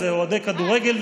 זה אוהדי כדורגל,